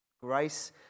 Grace